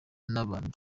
n’abantu